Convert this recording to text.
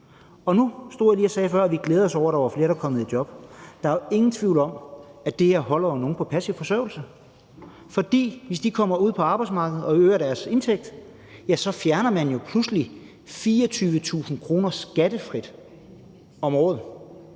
Nu stod jeg jo lige før og sagde, at vi glædede os over, at der var flere, der var kommet i job. Der er jo ingen tvivl om, at det her holder nogle på passiv forsørgelse, for hvis de kommer ud på arbejdsmarkedet og øger deres indtægt, så mister de jo pludselig 24.000 kr. skattefrit om året.